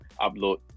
upload